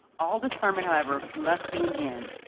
all discernment, however, must soon end.